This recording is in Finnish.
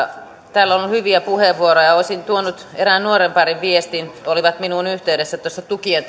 täällä on ollut hyviä puheenvuoroja olisin tuonut erään nuorenparin viestin he olivat minuun yhteydessä liittyen tukien